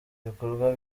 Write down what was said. ibikorwa